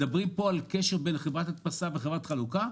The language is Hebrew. מדברים כאן על קשר בין חברת הדפסה וחברת חלוקה,